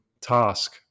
task